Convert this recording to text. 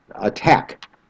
Attack